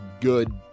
good